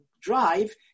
drive